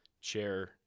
chair